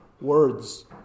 words